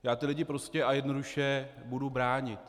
Já ty lidi prostě a jednoduše budu bránit.